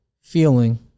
feeling